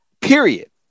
period